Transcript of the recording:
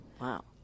Wow